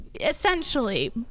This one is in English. Essentially